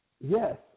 Yes